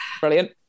brilliant